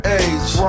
age